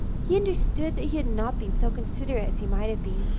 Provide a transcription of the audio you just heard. he understood that he had not been so considerate as he might have been.